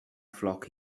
flock